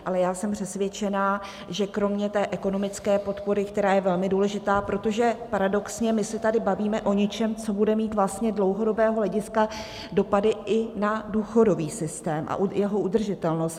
Ale já jsem přesvědčená, že kromě ekonomické podpory, která je velmi důležitá, protože paradoxně my se tady bavíme o něčem, co bude mít vlastně z dlouhodobého hlediska dopady i na důchodový systém a jeho udržitelnost.